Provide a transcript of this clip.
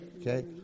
Okay